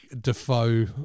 Defoe